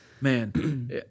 Man